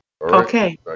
Okay